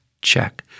check